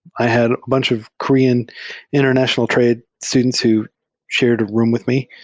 i had a bunch of korean international trade students who shared room with me,